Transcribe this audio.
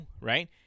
right